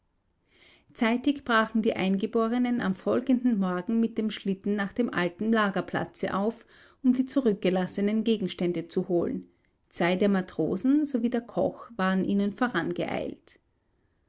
zeitig brachen die eingeborenen am folgenden morgen mit dem schlitten nach dem alten lagerplatze auf um die zurückgelassenen gegenstände zu holen zwei der matrosen sowie der koch waren ihnen vorangeeilt